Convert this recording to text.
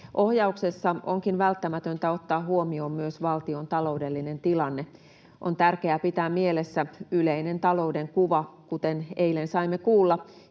Ohjauksessa onkin välttämätöntä ottaa huomioon myös valtion taloudellinen tilanne. On tärkeää pitää mielessä yleinen talouden kuva, kuten eilen saimme kuulla.